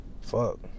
Fuck